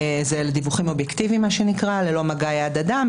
אלה דיווחים אובייקטיביים ללא מגע יד אדם.